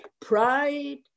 pride